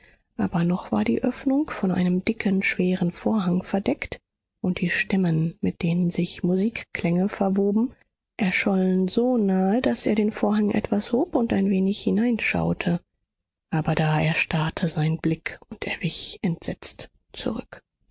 aber noch war die öffnung von einem dicken schweren vorhang verdeckt und die stimmen mit denen sich musikklänge verwoben erschollen so nahe daß er den vorhang etwas hob und ein wenig hineinschaute aber da erstarrte sein blick und er wich entsetzt zurück